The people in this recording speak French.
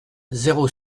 zéro